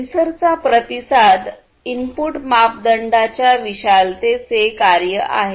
सेन्सरचा प्रतिसाद इनपुट मापदंडाच्या विशालतेचे कार्य आहे